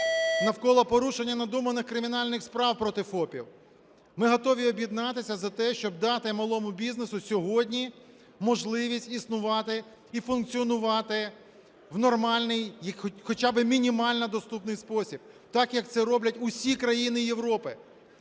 навколо порушення надуманих кримінальних справ проти ФОПів. Ми готові об'єднатися за те, щоб дати малому бізнесу сьогодні можливість існувати і функціонувати в нормальний і хоча би мінімально доступний спосіб, так як це роблять усі країни Європи,